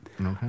okay